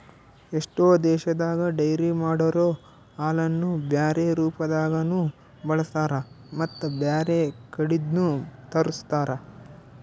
ಎಷ್ಟೋ ದೇಶದಾಗ ಡೈರಿ ಮಾಡೊರೊ ಹಾಲನ್ನು ಬ್ಯಾರೆ ರೂಪದಾಗನೂ ಬಳಸ್ತಾರ ಮತ್ತ್ ಬ್ಯಾರೆ ಕಡಿದ್ನು ತರುಸ್ತಾರ್